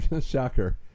Shocker